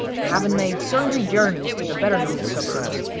having made sundry journeys to the better-known suburbs,